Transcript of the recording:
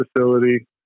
facility